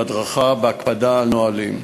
בהדרכה ובהקפדה על נהלים.